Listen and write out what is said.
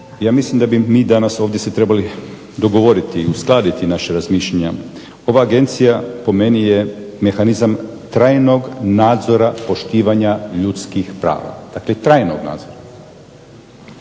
Ja mislim da bi ovdje danas se mi trebali dogovoriti i uskladiti naša razmišljanja. Ova Agencija po meni je mehanizam trajnog nadzora poštivanja ljudskih prava, dakle trajnog nadzora.